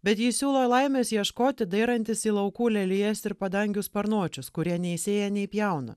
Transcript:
bet jis siūlo laimės ieškoti dairantis į laukų lelijas ir padangių sparnuočius kurie nei sėja nei pjauna